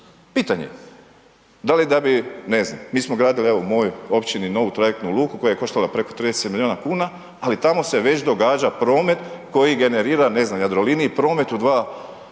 pitanje je. Da li da je, mi smo gradili, evo u mojoj općini novu trajektnu luku, koja je koštala preko 30milijuna kuna, ali tamo se već događa promet, koji generira, ne znam, Jadroliniji, pomet u 2